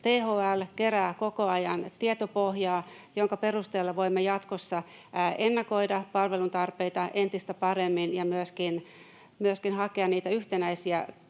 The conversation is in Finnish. THL kerää koko ajan tietopohjaa, jonka perusteella voimme jatkossa ennakoida palvelutarpeita entistä paremmin ja myöskin hakea niitä yhtenäisiä